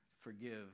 forgive